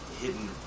hidden